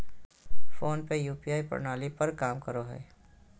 phone पे UPI प्रणाली पर काम करो हय